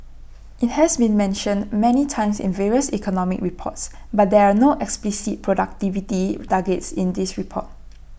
IT has been mentioned many times in various economic reports but there are no explicit productivity targets in this report